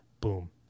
Boom